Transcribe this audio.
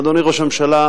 אדוני ראש הממשלה,